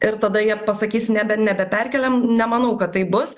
ir tada jie pasakys nebe nebeperkeliam nemanau kad taip bus